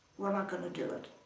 we're not gonna do it.